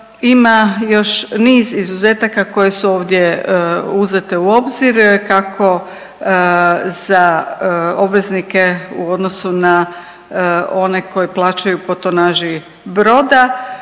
ima još niz izuzetaka koje su ovdje uzete u obzir kako za obveznike u odnosu na one koji plaćaju po tonaži broda